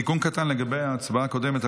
תיקון קטן לגבי ההצבעה הקודמת,